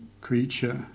creature